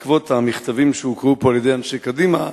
בעקבות המכתבים שהוקראו פה על-ידי אנשי קדימה,